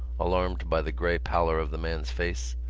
alarmed by the grey pallor of the man's face,